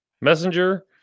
Messenger